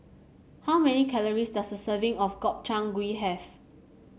how many calories does a serving of Gobchang Gui have